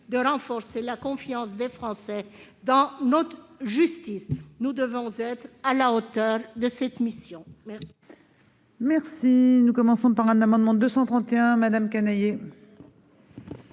de renforcer la confiance des Français dans notre justice. Nous devons être à la hauteur de cette mission.